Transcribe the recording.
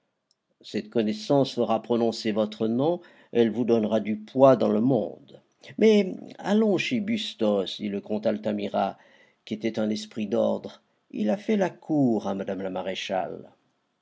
cette connaissance fera prononcer votre nom elle vous donnera du poids dans le monde mais allons chez bustos dit le comte altamira qui était un esprit d'ordre il a fait la cour à mme la maréchale